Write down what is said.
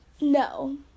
no